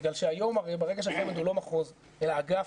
בגלל שהיום הרי ברגע שחמ"ד הוא לא מחוז אלא אגף,